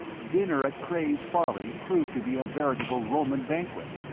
dinner at cray's folly proved to be a veritable roman banquet.